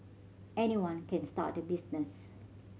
anyone can start a business